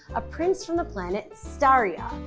a prince from the planet stariya.